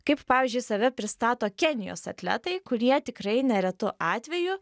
kaip pavyzdžiui save pristato kenijos atletai kurie tikrai neretu atveju